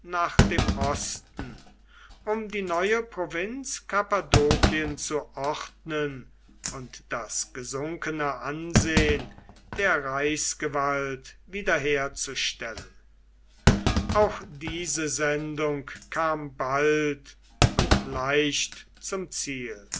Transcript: nach dem osten um die neue provinz kappadokien zu ordnen und das gesunkene ansehen der reichsgewalt wiederherzustellen auch diese sendung kam bald und leicht zum ziel